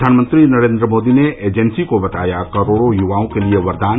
प्रधानमंत्री नरेन्द्र मोदी ने एजेंसी को बताया करोडो यूवाओं के लिए वरदान